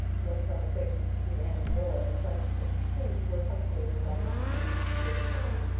most conversations between anne and marilla in the presence of the twins, were punctuated by these rebukes davy-ward.